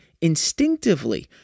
instinctively